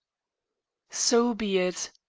so be it.